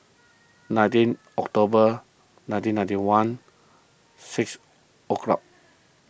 nineteen October nineteen ninety one six o'clock